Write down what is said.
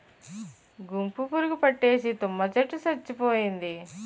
గుంపు పురుగు పట్టేసి తుమ్మ చెట్టు సచ్చిపోయింది